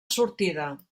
sortida